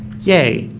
yay.